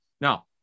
Now